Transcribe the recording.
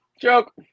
Joke